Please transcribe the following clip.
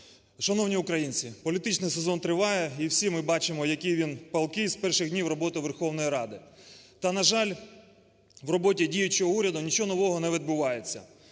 Шановні українці! Політичний сезон триває, і всі ми бачимо, який він палкий з перших днів роботи Верховної Ради. Та, на жаль, в роботі діючого уряду нічого нового не відбувається.